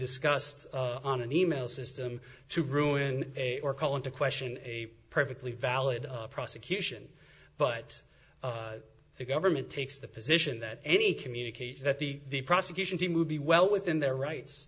discussed on an e mail system to ruin or call into question a perfectly valid prosecution but the government takes the position that any communication that the prosecution team would be well within their rights